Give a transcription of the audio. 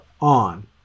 on